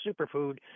superfood